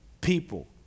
people